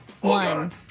One